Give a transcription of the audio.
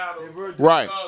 right